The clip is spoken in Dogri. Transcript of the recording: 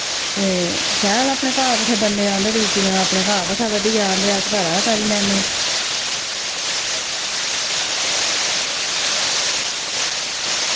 ते शैल अपने घाह् पट्ठे बंदे औंदे ड्यूटी अपने घाह् पट्ठा बड्ढी जान ते अस घरा दा करी लैन्ने